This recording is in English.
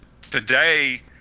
today